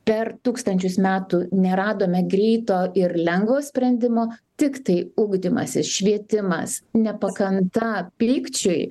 per tūkstančius metų neradome greito ir lengvo sprendimo tiktai ugdymasis švietimas nepakanta pykčiui